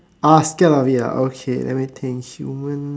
ah scared of it ah okay let me think human